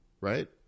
right